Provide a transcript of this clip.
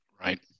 Right